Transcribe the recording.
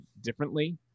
differently